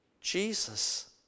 Jesus